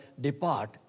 depart